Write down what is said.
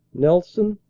nelson,